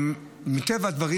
מטבע הדברים,